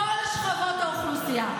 מכל שכבות האוכלוסייה.